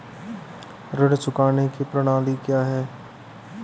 ऋण चुकाने की प्रणाली क्या है?